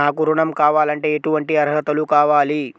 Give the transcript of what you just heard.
నాకు ఋణం కావాలంటే ఏటువంటి అర్హతలు కావాలి?